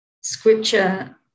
scripture